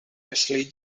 wesley